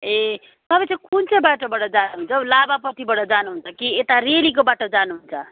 ए तपाईँ चाहिँ कुन चाहिँ बाटोबाट जानुहुन्छ हो लाभापट्टिबाट जानुहुन्छ कि यता रेलीको बाटो जानुहुन्छ